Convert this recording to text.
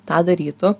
tą darytų